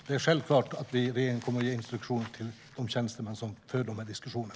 Herr talman! Det är självklart att regeringen kommer att ge instruktioner till de tjänstemän som för dessa diskussioner.